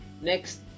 next